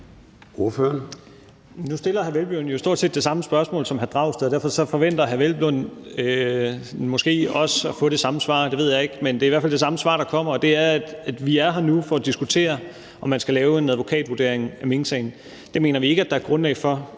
Nu stiller hr. Peder Hvelplund jo stort set det samme spørgsmål som hr. Pelle Dragsted, så derfor forventer hr. Peder Hvelplund måske også at få det samme svar – det ved jeg ikke. Men det er i hvert fald det samme svar, der kommer: Vi er her nu for at diskutere, om man skal lave en advokatvurdering af minksagen. Det mener vi ikke at der er grundlag for.